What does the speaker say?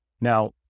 Now